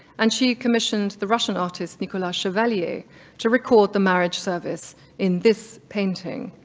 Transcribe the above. and she commissioned the russian artist, nicholas chevalier to record the marriage service in this painting.